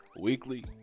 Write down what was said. weekly